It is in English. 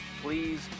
please